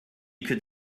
could